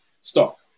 stock